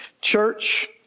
Church